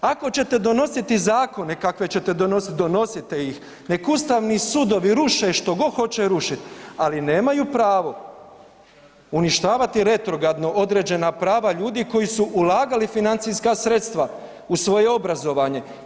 Ako ćete donositi zakone kakve ćete donositi i donosite ih, nek ustavni sudovi ruše što god hoće rušiti, ali nemaju pravo uništavati retrogradno određena prava ljudi koji su ulagali financijska sredstva u svoje obrazovanje.